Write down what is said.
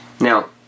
Now